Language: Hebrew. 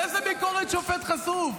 לאיזה ביקורת שופט חשוף?